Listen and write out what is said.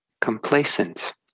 complacent